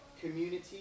community